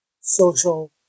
social